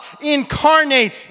incarnate